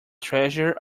treasure